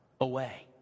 away